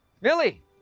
Millie